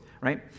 right